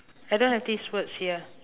I don't have these words here